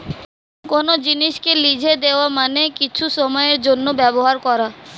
কোন জিনিসকে লিজে দেওয়া মানে কিছু সময়ের জন্যে ব্যবহার করা